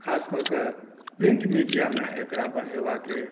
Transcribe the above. ख़ासकऽ कऽ प्रिंट मीडियामे एक़रा बढ़ेबाके